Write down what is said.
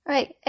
Right